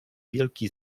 wielki